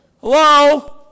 Hello